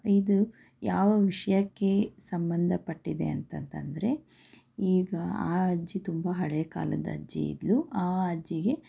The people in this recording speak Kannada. ಇದು ಯಾವ ವಿಷಯಕ್ಕೆ ಸಂಬಂಧಪಟ್ಟಿದೆ ಅಂತಂತಂದ್ರೆ ಈಗ ಆ ಅಜ್ಜಿ ತುಂಬ ಹಳೆಯ ಕಾಲದ ಅಜ್ಜಿ ಇದ್ಲು ಆ ಅಜ್ಜಿಗೆ